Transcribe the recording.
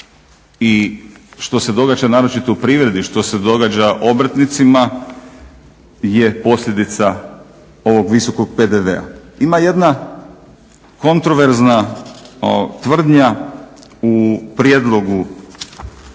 i što se događa naročito u privredi, što se događa obrtnicima je posljedica ovog visokog PDV-a. Ima jedna kontroverzna tvrdnja u prijedlogu